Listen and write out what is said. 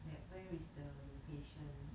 that where is the location